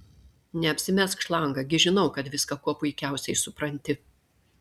neapsimesk šlanga gi žinau kad viską kuo puikiausiai supranti